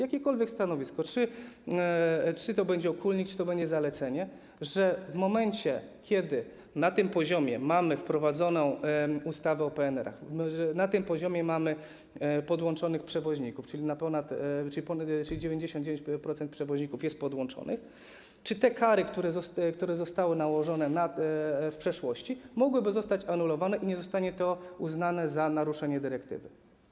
Chodzi o jakiekolwiek stanowisko, czy to będzie okólnik, czy to będzie zalecenie, że w momencie, kiedy na tym poziomie mamy wprowadzoną ustawę o PNR-ach, na tym poziomie mamy podłączonych przewoźników, czyli ponad 99% przewoźników jest podłączonych, czy te kary, które zostały nałożone w przeszłości, mogłyby zostać anulowane i nie zostanie to uznane za naruszenie dyrektywy.